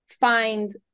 find